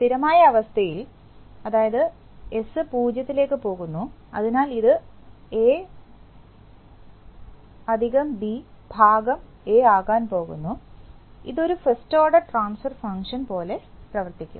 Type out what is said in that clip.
സ്ഥിരമായ അവസ്ഥയിൽ s 0 ലേക്ക് പോകുന്നു അതിനാൽ ഇത് a b a ആകാൻ പോകുന്നു ഇത് ഒരു ഫസ്റ്റ് ഓർഡർ ട്രാൻസ്ഫർ ഫംഗ്ഷൻ പോലെ പ്രവർത്തിക്കും